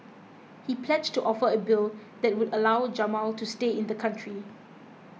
he pledged to offer a bill that would allow Jamal to stay in the country